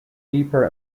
deeper